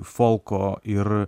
folko ir